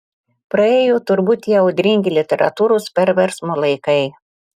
praėjo turbūt tie audringi literatūros perversmų laikai